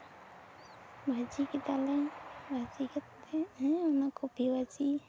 ᱵᱷᱟᱹᱡᱤ ᱠᱮᱫᱟᱞᱮ ᱵᱷᱟᱹᱡᱤ ᱠᱟᱛᱮ ᱦᱮᱸ ᱚᱱᱟ ᱠᱚᱯᱤ ᱵᱷᱟᱹᱡᱤ